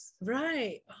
Right